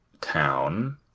town